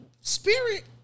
Spirit